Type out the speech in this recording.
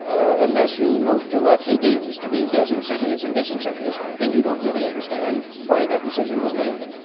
unless you note to what he deems to be his incentives and disincentives, then you don't really understand why that decision was made.